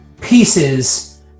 pieces